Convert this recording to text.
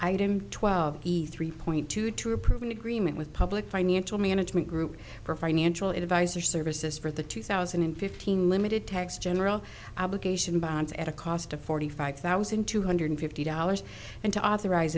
him twelve point two to approve an agreement with public financial management group for financial advisor services for the two thousand and fifteen limited tax general obligation bonds at a cost of forty five thousand two hundred fifty dollars and to authorize